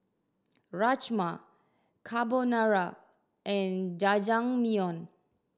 Rajma Carbonara and Jajangmyeon